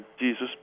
Jesus